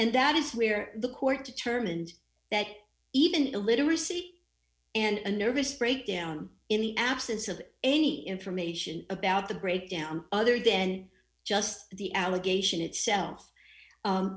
and that is where the court determined that even illiteracy and a nervous breakdown in the absence of any information about the breakdown other than just the allegation itself